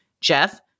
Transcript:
Jeff